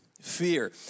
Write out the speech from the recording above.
fear